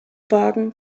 wagen